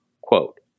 quote